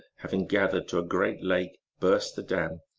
having gathered to a great lake, burst the dam,